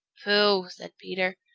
pooh! said peter.